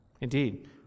Indeed